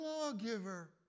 lawgiver